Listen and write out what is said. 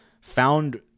found